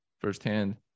firsthand